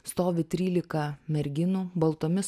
stovi trylika merginų baltomis